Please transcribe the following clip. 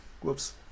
Whoops